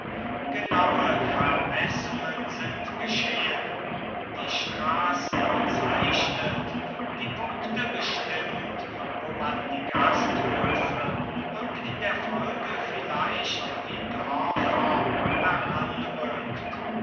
genaue vermessungen sind geschehen die straßen bezeichnet die punkte bestimmt wo man die gasthöfe und in der folge vielleicht die dörfer